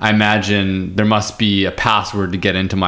i imagine there must be a password to get into my